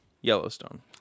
Yellowstone